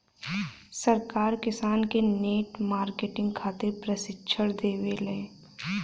सरकार किसान के नेट मार्केटिंग खातिर प्रक्षिक्षण देबेले?